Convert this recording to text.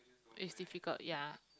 is difficult ya